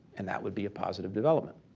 and that would be a positive development.